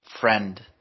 friend